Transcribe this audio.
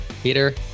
Peter